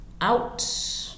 out